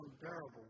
unbearable